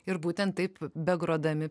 ir būtent taip begrodami